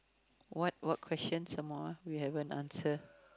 what what question some more ah we haven't answer